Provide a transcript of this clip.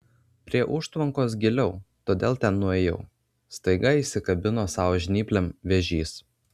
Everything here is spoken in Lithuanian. prie užtvankos giliau todėl ten nuėjau staiga įsikabino savo žnyplėm vėžys